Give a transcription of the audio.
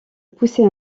pousser